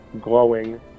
glowing